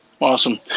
Awesome